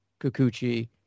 Kikuchi